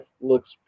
looks